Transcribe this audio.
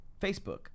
Facebook